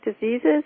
diseases